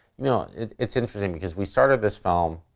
no, it's interesting because we started this film,